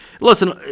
Listen